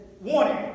Warning